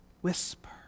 whisper